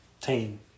team